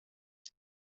jag